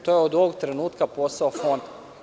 To je od ovog trenutka posao Fonda.